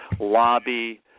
lobby